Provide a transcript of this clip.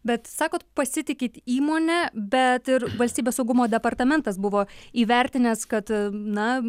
bet sakot pasitikit įmone bet ir valstybės saugumo departamentas buvo įvertinęs kad na